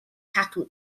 cadw